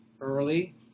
early